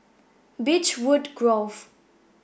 Beechwood Grove